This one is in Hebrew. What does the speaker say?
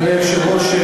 אדוני היושב-ראש,